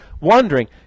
wondering